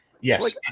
yes